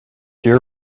your